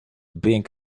being